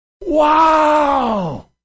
wow